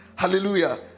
hallelujah